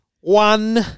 one